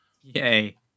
Yay